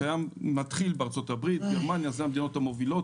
זה מתחיל בארצות-הברית ובגרמניה אלה המדינות המובילות.